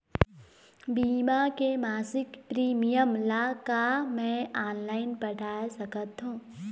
बीमा के मासिक प्रीमियम ला का मैं ऑनलाइन पटाए सकत हो?